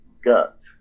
*Gut*